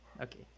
okay